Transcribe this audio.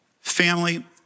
Family